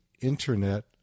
Internet